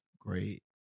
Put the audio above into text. great